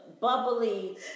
bubbly